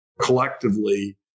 collectively